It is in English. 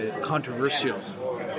controversial